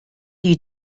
you